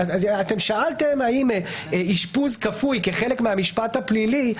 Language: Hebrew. שאלתם האם אשפוז כפוי כחלק מהמשפט הפלילי,